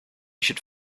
should